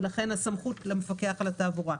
ולכן הסמכות למפקח על התעבורה.